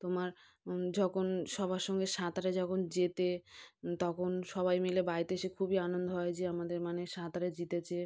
তোমার যখন সবার সঙ্গে সাঁতারে যখন জেতে তখন সবাই মিলে বাড়িতে এসে খুবই আনন্দ হয় যে আমাদের মানে সাঁতারে জিতেছে